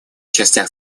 частях